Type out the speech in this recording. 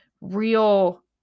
real